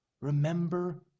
Remember